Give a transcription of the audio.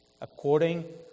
According